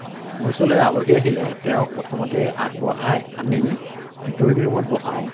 মোৰ ওচৰলৈ আলহী আহিলে তেওঁক প্ৰথমতে আগবঢ়াই আনি ড্ৰইং ৰূমত বহাওঁ